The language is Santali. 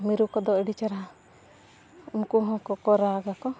ᱢᱤᱨᱩ ᱠᱚᱫᱚ ᱟᱹᱰᱤ ᱪᱮᱨᱦᱟ ᱩᱱᱠᱩ ᱦᱚᱸ ᱠᱚᱠᱚ ᱨᱟᱜᱟᱠᱚ